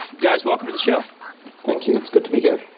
guys, welcome to the show thank you. it's good to be here.